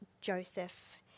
Joseph